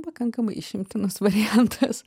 pakankamai išimtinas variantas